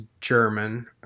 German